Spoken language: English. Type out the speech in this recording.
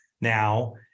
now